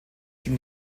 ging